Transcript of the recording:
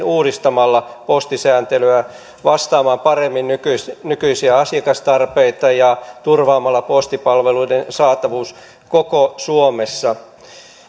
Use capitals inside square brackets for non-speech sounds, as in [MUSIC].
[UNINTELLIGIBLE] uudistamalla postisääntelyä vastaamaan paremmin nykyisiä nykyisiä asiakastarpeita ja turvaamalla postipalveluiden saatavuus koko suomessa